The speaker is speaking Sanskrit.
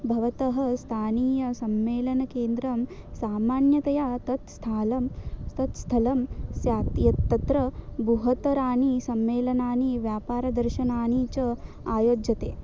भवतः स्थानीयं सम्मेलनकेन्द्रं सामान्यतया तत् स्थलं तत् स्थलं स्यात् यत्र बृहत्तराणि सम्मेलनानि व्यापारप्रदर्शनानि च आयोज्यन्ते